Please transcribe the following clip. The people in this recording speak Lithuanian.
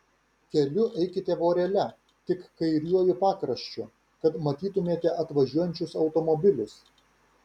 keliu eikite vorele tik kairiuoju pakraščiu kad matytumėte atvažiuojančius automobilius